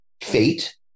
fate